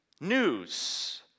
news